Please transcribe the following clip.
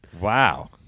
Wow